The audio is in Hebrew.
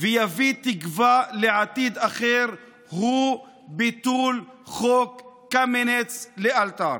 ויביא תקווה לעתיד אחד הוא ביטול חוק קמיניץ לאלתר.